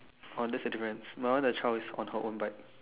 oh that's the difference my one the child is on her own bike